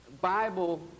Bible